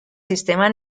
sistema